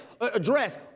address